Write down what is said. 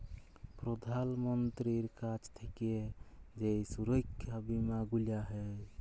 প্রধাল মন্ত্রীর কাছ থাক্যে যেই সুরক্ষা বীমা গুলা হ্যয়